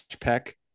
Peck